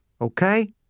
okay